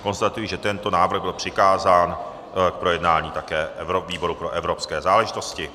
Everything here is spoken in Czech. Konstatuji, že tento návrh byl přikázán k projednání také výboru pro evropské záležitosti.